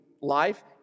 life